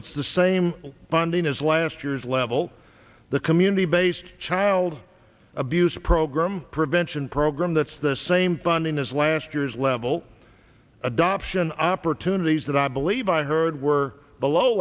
that's the same funding as last year's level the community based child abuse program prevention program that's the same funding as last year's level adoption opportunities that i believe i heard were below